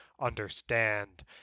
understand